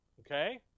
Okay